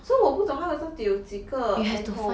so 我不懂他到底有几个 anthole